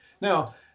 Now